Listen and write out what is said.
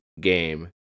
game